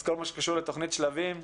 אז כל מה שקשור לתכנית "שלבים"